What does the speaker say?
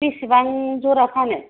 बेसेबां ज'रा फानो